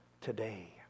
today